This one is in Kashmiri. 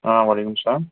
آ وعلیکُم السلام